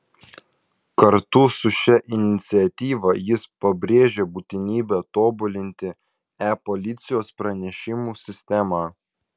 kartu su šia iniciatyva jis pabrėžia būtinybę tobulinti e policijos pranešimų sistemą